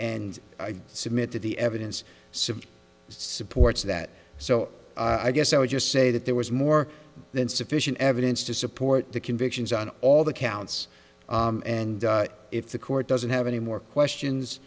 and i submit that the evidence simply supports that so i guess i would just say that there was more than sufficient evidence to support the convictions on all the counts and if the court doesn't have any more questions